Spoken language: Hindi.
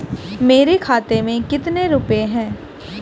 मेरे खाते में कितने रुपये हैं?